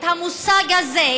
את המושג הזה,